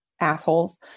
assholes